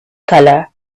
color